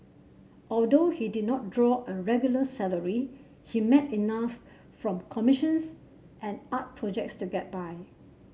although he did not draw a regular salary he made enough from commissions and art projects to get by